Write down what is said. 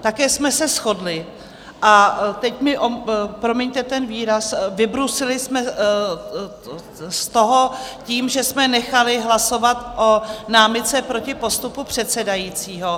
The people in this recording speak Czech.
Také jsme se shodli a teď mi promiňte ten výraz vybruslili jsme z toho tím, že jsme nechali hlasovat o námitce proti postupu předsedajícího.